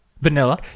vanilla